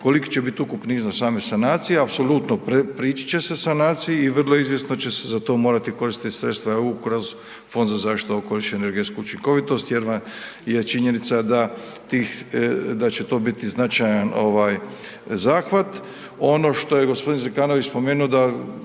koliki će biti ukupni iznos same sanacije, apsolutno priči će se sanaciji i vrlo izvjesno će se za to morati koristiti sredstva EU kroz Fond za zaštitu okoliša i energetsku učinkovitost jer vam je činjenica da tih, da će to biti značajan ovaj zahvat. Ono što je gospodin Zekanović spomenuo da